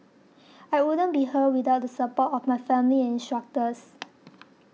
I wouldn't be here without the support of my family and instructors